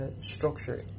structure